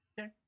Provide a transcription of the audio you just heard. Okay